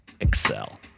excel